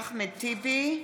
טיבי,